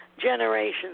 generations